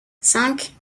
cinq